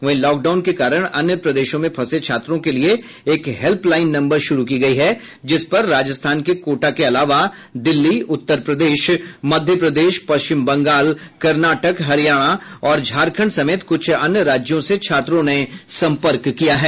वहीं lockdown के कारण अन्य प्रदेशों में फंसे छात्रों के लिए एक हेल्पलाइन नम्बर शुरू की गई है जिस पर राजस्थान के कोटा के अलावा दिल्ली उत्तर प्रदेश मध्यप्रदेश पश्चिम बंगाल कर्नाटक हरियाणा और झारखंड समेत कुछ अन्य राज्यों से छात्रों ने संपर्क किया है